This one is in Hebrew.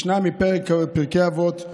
משנה מפרקי אבות,